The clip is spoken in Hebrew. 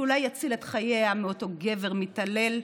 שאולי יציל את חייה מאותו גבר מתעלל,